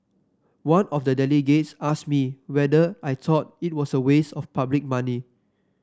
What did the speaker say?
one of the delegates asked me whether I thought it was a waste of public money